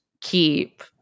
keep